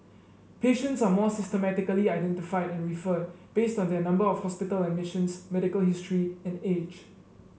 patients are more systematically identified and referred based on their number of hospital admissions medical history and age